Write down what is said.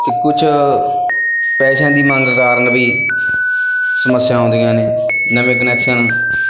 ਅਤੇ ਕੁਛ ਪੈਸਿਆਂ ਦੀ ਮੰਗ ਕਾਰਣ ਵੀ ਸਮੱਸਿਆ ਆਉਂਦੀਆਂ ਨੇ ਨਵੇਂ ਕਨੈਕਸ਼ਨ